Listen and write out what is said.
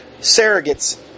surrogates